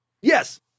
Yes